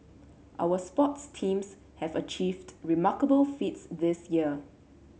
our sports teams have achieved remarkable feats this year